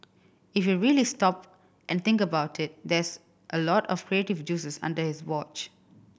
if you really stop and think about it that's a lot of creative juices under his watch